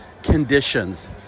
Conditions